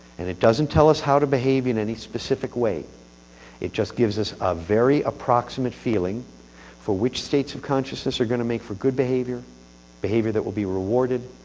and it doesn't tell us how to behave in any specific way it just gives us ah an approximate feeling for which states of consciousness are going to make for good behavior behavior that will be rewarded,